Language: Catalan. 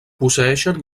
posseeixen